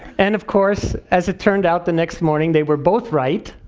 and of course, as it turned out the next morning, they were both right.